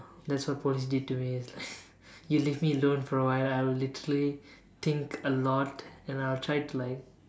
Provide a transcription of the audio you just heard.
that's what police did to me it's like you leave me alone for a while I'll literally think a lot then I'll try to like